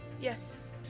Yes